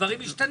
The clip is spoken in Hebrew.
דברים משתנים.